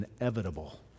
inevitable